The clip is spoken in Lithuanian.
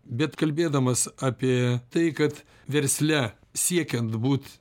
bet kalbėdamas apie tai kad versle siekiant būt